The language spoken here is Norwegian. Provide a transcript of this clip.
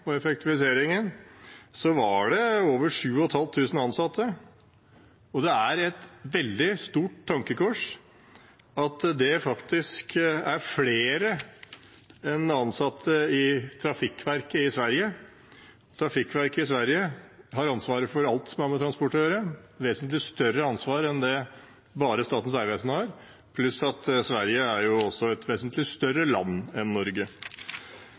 og effektiviseringen, var det over 7 500 ansatte, og det er et veldig stort tankekors at det faktisk er flere ansatte enn i Trafikverket i Sverige. Trafikverket i Sverige har ansvaret for alt som har med transport å gjøre, et vesentlig større ansvar enn bare det Statens vegvesen har, pluss at Sverige er et vesentlig større land enn Norge.